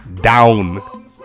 Down